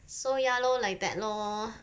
so ya lor like that lor